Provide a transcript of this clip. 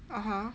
(uh huh)